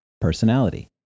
personality